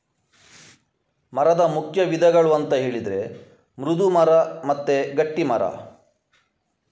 ಮರದ ಮುಖ್ಯ ವಿಧಗಳು ಅಂತ ಹೇಳಿದ್ರೆ ಮೃದು ಮರ ಮತ್ತೆ ಗಟ್ಟಿ ಮರ